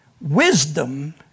wisdom